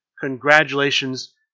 Congratulations